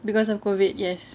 cause of COVID yes